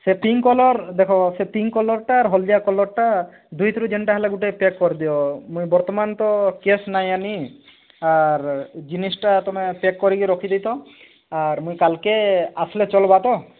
ସେ pink colour ଦେଖ ସେ ପିଙ୍କ କଲରଟା ଆର୍ ହଲ୍ଦିଆ କଲରଟା ଦୁହିଁଥିରୁ ଯେନ୍ଟା ହେଲେ ଗୁଟେ ପ୍ୟାକ କରିଦିଅ ମୁଇଁ ବର୍ତ୍ତମାନ ତ କ୍ୟାସ ନାଇଁ ଆନି ଆର ଜିନିଷଟା ତମେ ପ୍ୟାକ କରି ରଖିଦେଇଥ ଆର ମୁଇଁ କାଲ୍କେ ଆସ୍ଲେ ଚଲ୍ବା ତ